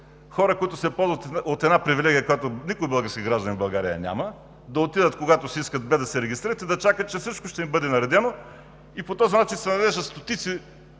хора, които се ползват от една привилегия, която никой български гражданин в България няма – да отидат когато си искат, без да се регистрират, и да чакат, че всичко ще им бъде наредено. По този начин стотици